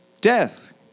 death